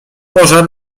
pożar